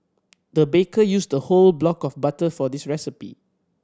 the baker used a whole block of butter for this recipe